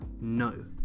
no